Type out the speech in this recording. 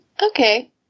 Okay